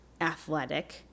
athletic